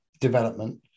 development